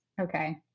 Okay